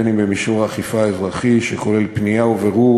אם במישור האכיפה האזרחי שכולל פנייה ובירור